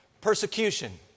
persecution